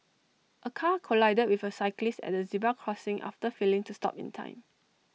A car collided with A cyclist at A zebra crossing after failing to stop in time